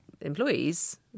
employees